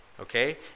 Okay